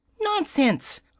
Nonsense